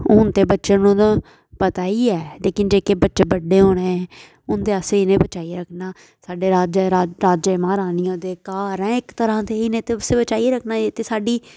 हून ते बच्चें नू ते मतलब पता ही ऐ लेकिन जेह्के बच्चे बड्डे होने उंदे आस्तै इ'नेंगी बचाइयै रक्खना साड्डे राजे राजे महारानियें दे घर ऐ इक तरह दे असें बचाइयै रक्खना चाहिदा एह् ते साड्डी